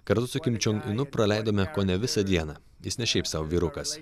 kartu su kim čiun unu praleidome kone visą dieną jis ne šiaip sau vyrukas